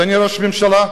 אדוני ראש הממשלה,